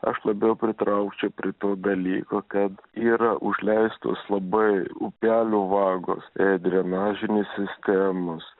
aš labiau pritraukčiau prie to dalyko kad yra užleistos labai upelių vagos e drenažinės sistemos